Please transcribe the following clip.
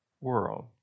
world